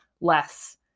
less